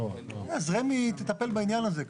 אז רמ"י תטפל בעניין הזה.